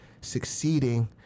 succeeding